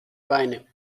beine